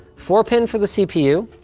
four pin for the cpu,